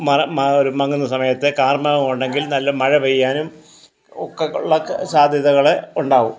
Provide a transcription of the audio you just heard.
മാ ഒരു മങ്ങുന്ന സമയത്ത് കാർമേഘം ഉണ്ടെങ്കിൽ നല്ല മഴ പെയ്യാനും ഒക്കെ ഉള്ള സാധ്യതകൾ ഉണ്ടാകും